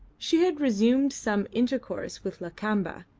she had resumed some intercourse with lakamba,